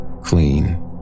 Clean